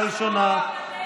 את ההתנתקות אנחנו,